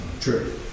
true